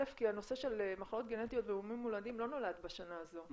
קודם כל כי הנושא של מחלות גנטיות ומומים מולדים לא נולד בשנה הזו,